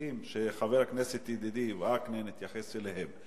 נושאים שחבר הכנסת ידידי וקנין התייחס אליהם.